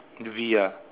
the V ah